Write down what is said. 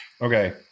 Okay